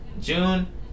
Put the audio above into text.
June